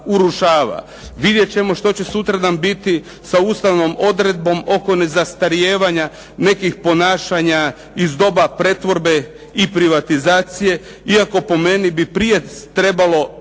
urušava. Vidjet ćemo što će sutra biti sa ustavnom odredbom oko nezastarijevanja nekih ponašanja iz doba pretvorbe i privatizacije, iako po meni bi prije trebalo